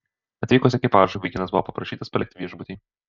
atvykus ekipažui vaikinas buvo paprašytas palikti viešbutį